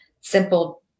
simple